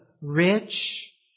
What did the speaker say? rich